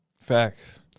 Facts